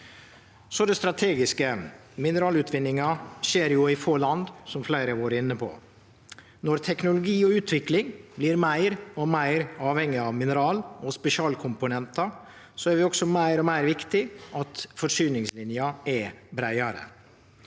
til det strategiske: Mineralutvinning skjer i få land, som fleire har vore inne på. Når teknologi og utvikling blir meir og meir avhengig av mineral og spesialkomponentar, er det også meir og meir viktig at forsyningslinja er breiare.